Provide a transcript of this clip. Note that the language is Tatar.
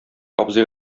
абзый